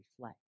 reflect